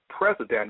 president